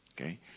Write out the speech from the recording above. okay